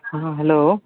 हाँ हाँ हेलो